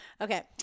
Okay